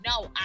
no